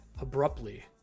abruptly